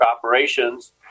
operations